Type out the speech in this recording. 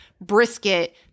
brisket